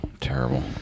terrible